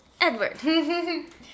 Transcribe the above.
Edward